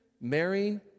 marrying